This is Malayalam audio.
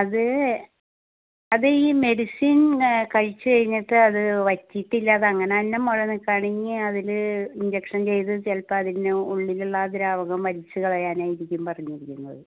അത് അത് ഈ മെഡിസിൻ കഴിച്ച് കഴിഞ്ഞിട്ട് അത് വറ്റീട്ടില്ല അതങ്ങനന്നെ മുഴ നിക്കാണെങ്കിൽ അതിൽ ഇൻജെക്ഷൻ ചെയ്ത് ചിലപ്പം അതിന് ഉള്ളിലുള്ള ആ ദ്രാവകം വലിച്ച് കളയാനായിരിക്കും പറഞ്ഞിരിക്കുന്നത്